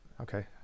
Okay